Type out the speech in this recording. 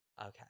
Okay